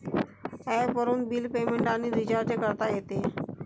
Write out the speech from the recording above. ॲपवरून bill payment आणि recharge करता येते